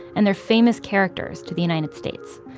and their famous characters, to the united states.